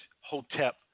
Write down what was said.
Hotep